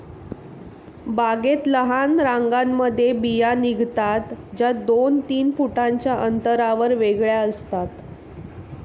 बागेत लहान रांगांमध्ये बिया निघतात, ज्या दोन तीन फुटांच्या अंतरावर वेगळ्या असतात